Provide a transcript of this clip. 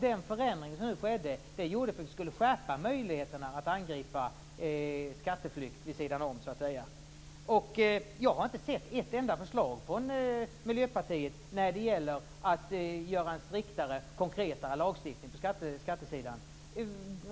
Den förändring som gjordes genomfördes för att skärpa möjligheterna att angripa skatteflykt. Jag har inte sett ett enda förslag från Miljöpartiet syftande till att få till stånd en striktare och konkretare lagstiftning på skatteområdet.